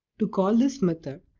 to call this method?